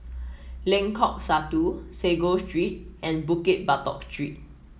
Lengkok Satu Sago Street and Bukit Batok Street